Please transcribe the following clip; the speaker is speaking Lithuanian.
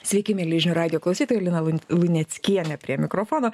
sveiki mieli žinių radijo klausytoja lina luneckienė prie mikrofono